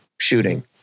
shooting